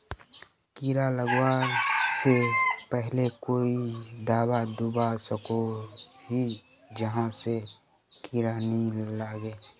कीड़ा लगवा से पहले कोई दाबा दुबा सकोहो ही जहा से कीड़ा नी लागे?